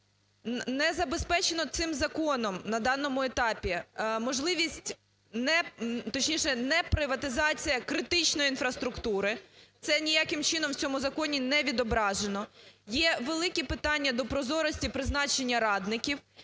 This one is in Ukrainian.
не забезпечено цим законом на даному етапі можливість не... точніше, неприватизація критичної інфраструктури, це ніяким чином в цьому законі не відображено. Є великі питання до прозорості призначення радників.